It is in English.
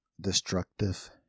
destructive